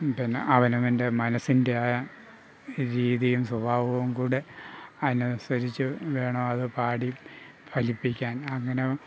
പിന്നെ അവനവൻ്റെ മനസ്സിൻ്റെ രീതിയും സ്വഭാവവും കൂടെ അനുസരിച്ച് വേണം അത് പാടി ഫലിപ്പിക്കാൻ അങ്ങനെ